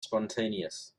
spontaneous